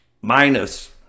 minus